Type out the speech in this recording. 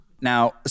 Now